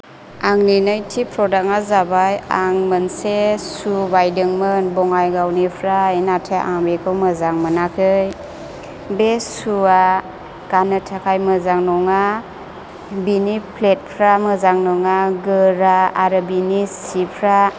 आंनि नैथि प्रदाकआ जाबाय आं मोनसे शु बायदोंमोन बङाइगावनिफ्राय नाथाय आं बेखौ मोजां मोनाखै बे शुया गान्नो थाखाय मोजां नङा बेनि फ्लेटफ्रा मोजां नङा गोरा आरो बेनि सिफ्रा